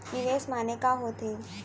निवेश माने का होथे?